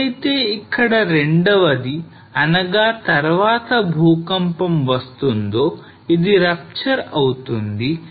ఎప్పుడైతే ఇక్కడ రెండవది అనగా తర్వాత భూకంపం వస్తుందో ఇది rupture అవుతుంది